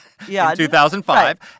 2005